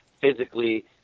physically